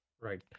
Right